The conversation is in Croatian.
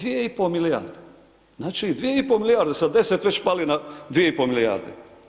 2,5 milijarde, znači, 2,5 milijarde, sa 10 već pali na 2,5 milijarde.